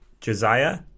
Josiah